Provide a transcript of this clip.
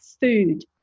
food